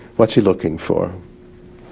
what's he looking for?